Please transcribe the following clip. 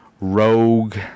rogue